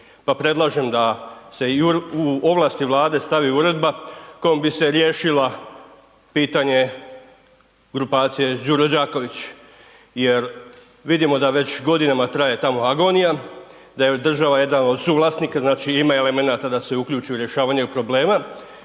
predlažem da se u ovlasti Vlade stavi uredba kojom bi se riješila pitanje grupacije Đuro Đaković jer vidimo da već godinama traje ta agonija, da je država jedan od suvlasnika znači ima elemenata da se uključi u rješavanje problema.